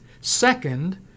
Second